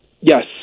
Yes